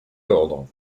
ordre